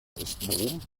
ist